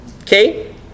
Okay